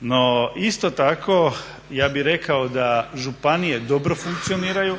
No isto tako ja bih rekao da županije dobro funkcioniraju